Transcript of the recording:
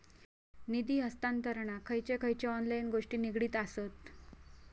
निधी हस्तांतरणाक खयचे खयचे ऑनलाइन गोष्टी निगडीत आसत?